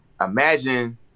Imagine